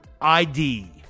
ID